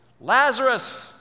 Lazarus